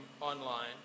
online